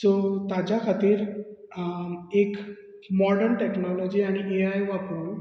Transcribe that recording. so ताज्या खातीर एक मोर्डन टॅक्नोलॉजी आनी ए आय वापरून